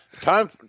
Time